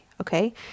Okay